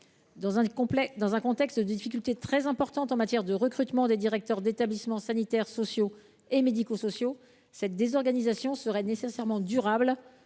Dans un contexte d’importantes difficultés en matière de recrutement des directeurs d’établissements sanitaires, sociaux et médico sociaux, cette désorganisation serait nécessairement durable,